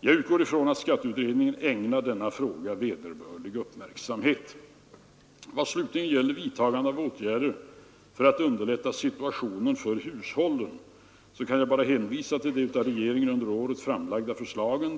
Jag utgår ifrån att skatteutredningen ägnar denna fråga vederbörlig uppmärksamhet. Vad slutligen gäller vidtagandet av åtgärder för att underlätta situationen för hushållen så kan jag bara hänvisa till de av regeringen under året framlagda förslagen.